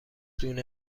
دونه